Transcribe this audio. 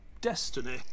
destiny